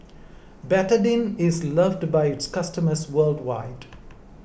Betadine is loved by its customers worldwide